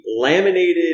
laminated